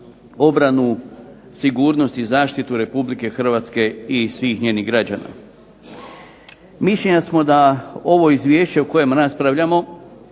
obranu sigurnosti i zaštitu Republike Hrvatske i svih njenih građana. Mišljenja smo da ovo izvješće o kojem raspravljamo